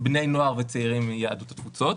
בני נוער וצעירים מיהדות התפוצות.